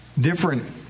different